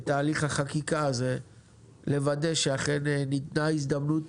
לוודא בתהליך החקיקה שאכן ניתנה הזדמנות